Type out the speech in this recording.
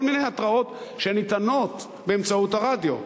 כל מיני התרעות שניתנות באמצעות הרדיו.